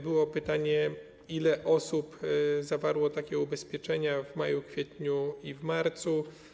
Było pytanie o to, ile osób zawarło takie ubezpieczenia w maju, kwietniu i w marcu.